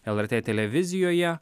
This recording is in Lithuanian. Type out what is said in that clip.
lrt televizijoje